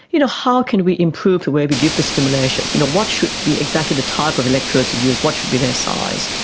you know, how can we improve the way we give the stimulation. you know what should be exactly the type of electrodes used, what should be their size?